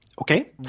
okay